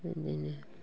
इदिनो